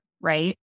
right